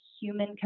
human